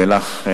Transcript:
ולך,